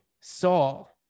Saul